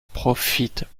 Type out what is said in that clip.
profitent